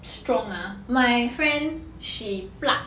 strong ah my friend she plucked